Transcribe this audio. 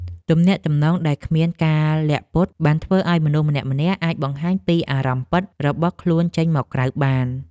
ទំនាក់ទំនងដែលគ្មានការលាក់ពុត បានធ្វើឱ្យមនុស្សម្នាក់ៗអាចបង្ហាញពីអារម្មណ៍ពិតរបស់ខ្លួនចេញមកក្រៅបាន។